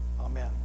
Amen